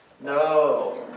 No